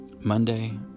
Monday